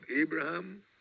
Abraham